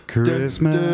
Christmas